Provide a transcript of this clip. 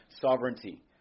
sovereignty